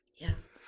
Yes